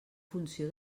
funció